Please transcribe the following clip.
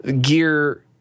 gear